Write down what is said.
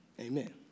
Amen